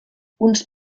uns